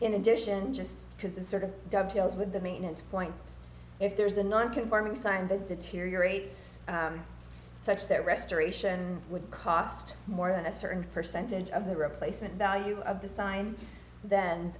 in addition just because it's sort of dovetails with the maintenance point if there's a non conforming sign that deteriorates such that restoration would cost more than a certain percentage of the replacement value of design then